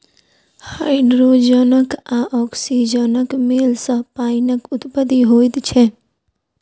hydrogen आ औक्सीजनक मेल सॅ पाइनक उत्पत्ति होइत छै